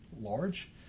large